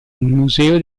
museo